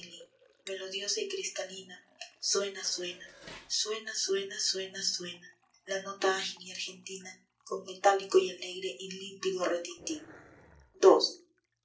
melodiosa y cristalina suena suena suena suena suena suena la nota ágil y argentina con metálico y alegre y límpido retintín ii